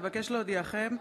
אבקש להודיעכם,